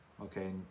Okay